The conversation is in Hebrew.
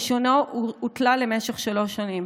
רישיונו הותלה למשך שלוש שנים.